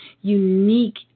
unique